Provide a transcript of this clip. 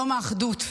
יום האחדות,